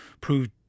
proved